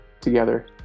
together